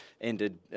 ended